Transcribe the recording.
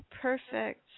perfect